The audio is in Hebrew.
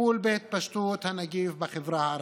לטיפול בהתפשטות הנגיף בחברה הערבית.